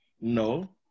No